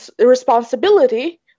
responsibility